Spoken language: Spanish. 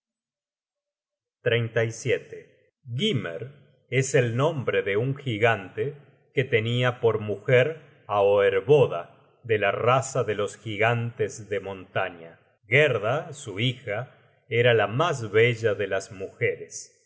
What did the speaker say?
gymer es el nombre de un gigante que tenia por mujer á oerboda de la raza de los gigantes de montaña gerda su hija era la mas bella de las mujeres